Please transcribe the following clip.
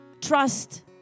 trust